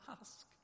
ask